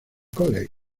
college